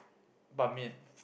ban-mian